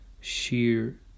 sheer